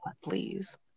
please